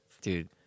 dude